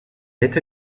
este